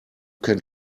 can